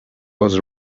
was